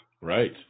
Right